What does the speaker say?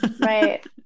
right